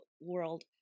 world